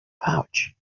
pouch